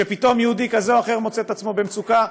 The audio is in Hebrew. שפתאום יהודי כזה או אחר מוצא את עצמו במצוקה,